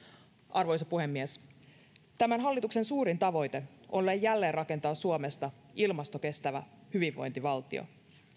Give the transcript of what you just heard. arvoisa puhemies tämän hallituksen suurin tavoite on jälleenrakentaa suomesta ilmastokestävä hyvinvointivaltio